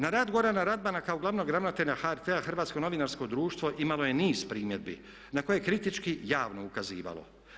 Na rad Gorana Radmana kao glavnog ravnatelja HRT-a, Hrvatsko novinarsko društvo imalo je niz primjedbi na koje je kritički javno ukazivalo.